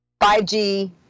5G